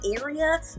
area